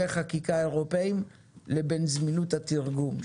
חקיקה אירופיים לבין זמינות התרגום.